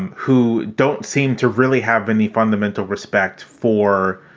um who don't seem to really have any fundamental respect for